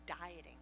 dieting